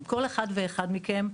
עם כל אחד ואחד מכם,